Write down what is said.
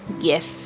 yes